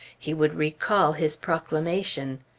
he would recall his proclamation.